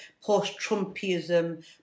post-Trumpism